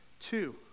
Two